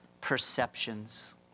perceptions